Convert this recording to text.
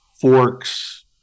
Forks